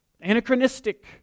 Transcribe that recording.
anachronistic